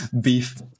Beef